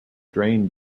drained